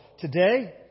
Today